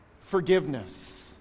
forgiveness